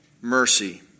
mercy